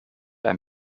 ein